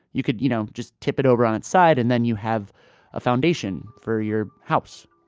you could you know just tip it over on its side. and then you have a foundation for your house